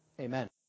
Amen